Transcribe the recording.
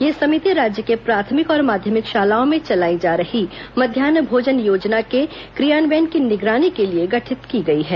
यह समिति राज्य के प्राथमिक और माध्यमिक शालाओं में चलाई जा रही मध्यान्ह भोजन योजना के क्रियान्वयन की निगरानी के लिए गठित की गई है